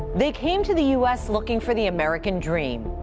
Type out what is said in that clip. they came to the u s. looking for the american dream.